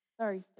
sorry